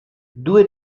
due